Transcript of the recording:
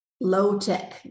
low-tech